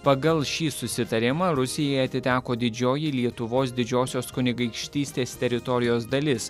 pagal šį susitarimą rusijai atiteko didžioji lietuvos didžiosios kunigaikštystės teritorijos dalis